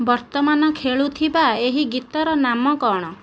ବର୍ତ୍ତମାନ ଖେଳୁଥିବା ଏହି ଗୀତର ନାମ କଣ